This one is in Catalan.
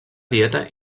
dieta